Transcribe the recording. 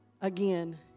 again